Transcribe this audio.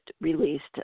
released